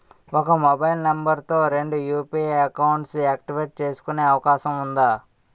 ఒక mobile number తో రెండు యు.పి.ఐ అకౌంట్స్ యాక్టివేట్ చేసుకునే అవకాశం వుందా?